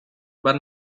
but